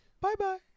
bye-bye